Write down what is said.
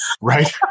right